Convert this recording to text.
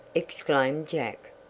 exclaimed jack.